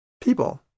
people